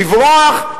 לברוח?